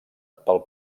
pel